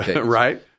right